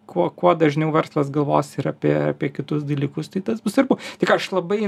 kuo kuo dažniau verslas galvos ir apie kitus dalykus tai tas bus svarbu tik aš labai